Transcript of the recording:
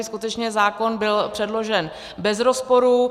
Skutečně zákon byl předložen bez rozporu.